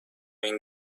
این